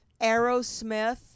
Aerosmith